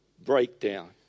breakdown